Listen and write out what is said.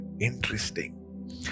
interesting